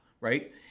right